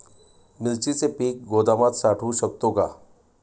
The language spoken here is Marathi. मिरचीचे पीक गोदामात साठवू शकतो का?